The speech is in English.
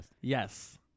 Yes